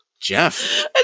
Jeff